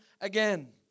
again